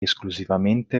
esclusivamente